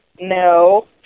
No